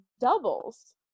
doubles